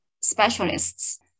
specialists